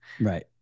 Right